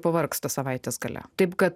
pavargsta savaitės gale taip kad